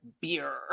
beer